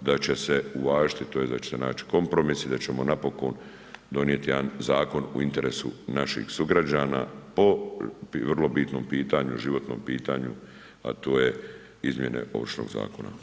da će se uvažiti tj. da će se nać kompromis i da ćemo napokon donijeti jedan zakon u interesu naših sugrađana po vrlo bitnom pitanju, životnom pitanju, a to je izmjene Ovršnog zakona.